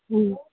ᱦᱮᱸ